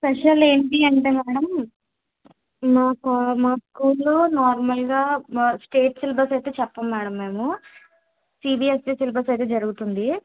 special ఏంటి అంటే madam మా కాల్ మా స్కూల్లో నార్మల్గా స్టేట్ సిలబస్ అయితే చెప్పము మేడం మేము సీబీఎస్సీ సిలబస్ అయితే జరుగుతుంది